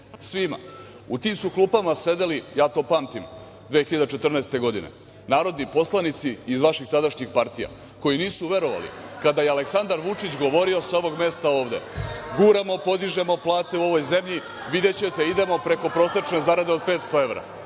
svima.U tim su klupama sedeli, ja to pamtim 2014. godine, narodni poslanici iz vaših tadašnjih partija koji nisu verovali kada je Aleksandar Vučić govorio sa ovog mesta ovde – guramo, podižemo plate u ovoj zemlji, videćete, idemo preko prosečne zarade od 500 evra.